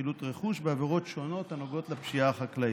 לחילוט רכוש בעבירות שונות הנוגעות לפשיעה החקלאית.